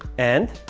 and